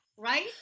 Right